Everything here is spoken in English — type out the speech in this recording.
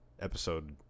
episode